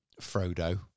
frodo